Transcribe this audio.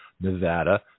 Nevada